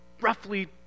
roughly